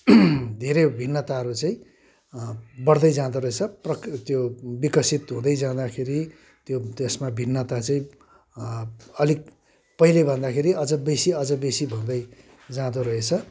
धेरै भिन्नताहरू चाहिँ बढ्दै जाँदो रहेछ प्रकृ त्यो विकसित हुँदै जाँदाखेरि त्यो त्यसमा भिन्नता चाहिँ अलिक पहिलेभन्दाखेरि अझ बेसी अझ बेसी हुँदै जाँदो रहेछ